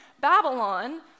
Babylon